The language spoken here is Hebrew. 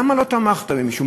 למה לא תמכת במישהו?